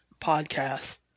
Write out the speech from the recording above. podcast